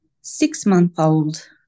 six-month-old